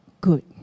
good